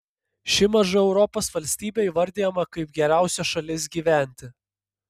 ši maža europos valstybė įvardijama kaip geriausia šalis gyventi